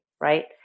right